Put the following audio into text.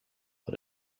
but